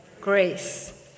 Grace